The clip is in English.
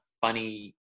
funny